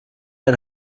ein